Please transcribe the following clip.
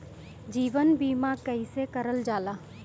जीवन बीमा कईसे करल जाला?